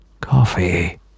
Coffee